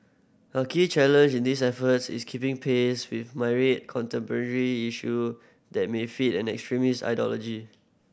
a key challenge in these efforts is keeping pace with myriad contemporary issue that may feed an extremist ideology